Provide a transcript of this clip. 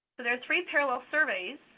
there're three parallel surveys.